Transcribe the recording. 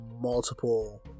multiple